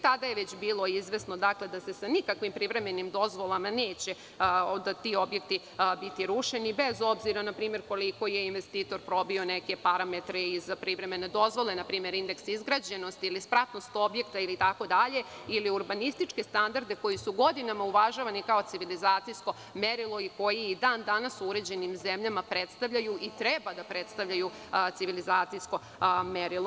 Tada je već bilo izvesno da sa nikakvim privremenim dozvolama neće ti objekti biti rušeni, bez obzira na to koliko je investitor probio neke parametre i za privremene dozvole, npr. indeks izgrađenosti ili spratnost objekta ili urbanističke standarde koji su godinama uvažavani kao civilizacijsko merilo i koji i dan danas u uređenim zemljama predstavljaju i treba da predstavljaju civilizacijsko merilo.